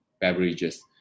beverages